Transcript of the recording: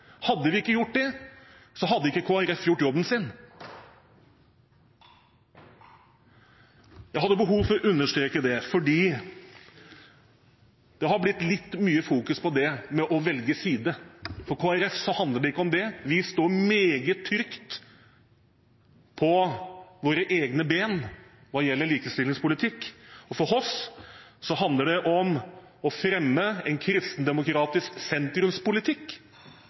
Hadde vi ikke vært det, hadde ikke Kristelig Folkeparti gjort jobben sin. Jeg hadde behov for å understreke det, for det har blitt litt mye fokus på det å velge side. For Kristelig Folkeparti handler det ikke om det. Vi står meget trygt på egne ben hva gjelder likestillingspolitikk, og for oss handler det om å fremme en kristendemokratisk sentrumspolitikk